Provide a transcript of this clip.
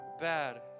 bad